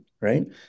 Right